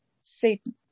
Satan